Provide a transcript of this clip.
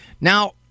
Now